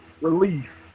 relief